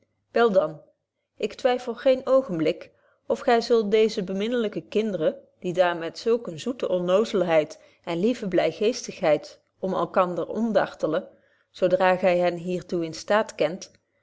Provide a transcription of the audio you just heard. wel dan ik twyffel geen oogenblik of gy zult deeze beminlyke kinderen die daar met zulk eene zoete onnozelheid en lieve blygeestigheid onder elkander omdartelen zo dra gy hen hier toe in staat kent